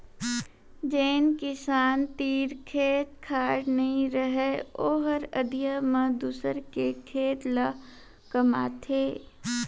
जेन किसान तीर खेत खार नइ रहय ओहर अधिया म दूसर के खेत ल कमाथे